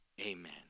amen